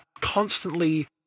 constantly